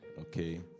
Okay